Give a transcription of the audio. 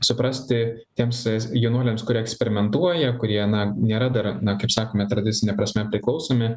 suprasti tiems jaunuoliams kurie eksperimentuoja kurie na nėra dar na kaip sakome tradicine prasme priklausomi